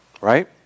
Right